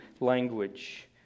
language